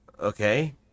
Okay